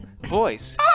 voice